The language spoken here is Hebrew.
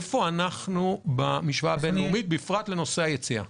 איפה אנחנו במשוואה הבינלאומית בפרט לנושא היציאה?